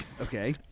Okay